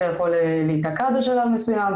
זה יכול להיתקע בשלב מסוים,